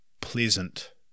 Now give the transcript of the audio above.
pleasant